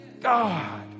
God